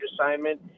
assignment